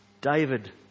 David